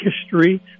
history